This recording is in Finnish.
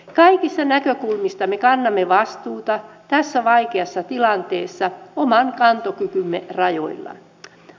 kaikista näkökulmistamme kannamme vastuuta tässä vaikeassa tilanteessa oman kantokykymme rajoilla